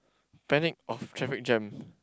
panic of traffic jam